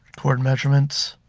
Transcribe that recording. record measurements,